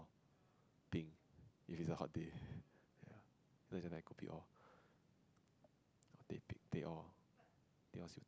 bing if it's a hot day ya no as in like kopi-O teh bing teh-O siew dai